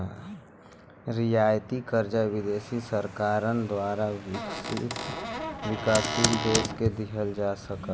रियायती कर्जा विदेशी सरकारन द्वारा विकासशील देश के दिहल जा सकला